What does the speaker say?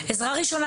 מה זה עזרה ראשונה?